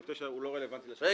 סעיף 9 הוא לא רלוונטי --- רגע,